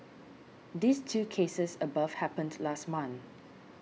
these two cases above happened last month